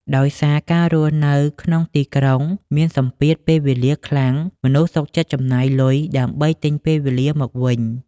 ដោយសារការរស់នៅក្នុងទីក្រុងមានសម្ពាធពេលវេលាខ្លាំង មនុស្សសុខចិត្តចំណាយលុយដើម្បី "ទិញពេលវេលា" មកវិញ។